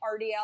RDL